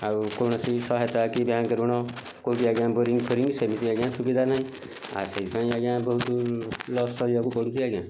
ଆଉ କୌଣସି ସହାୟତା କି ବ୍ୟାଙ୍କ ଋଣ କେଉଁଠି ଆଜ୍ଞା ବୋରିଙ୍ଗ୍ ଫୋରିଙ୍ଗ ସେମିତି ଆଜ୍ଞା ସୁବିଧା ନାହିଁ ଆ ସେଇଥିପାଇଁ ଆଜ୍ଞା ବହୁତ ଲସ୍ ସହିବାକୁ ପଡ଼ୁଛି ଆଜ୍ଞା